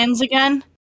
again